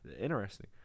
interesting